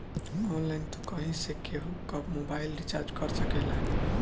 online तू कहीं से केहू कअ मोबाइल रिचार्ज कर सकेला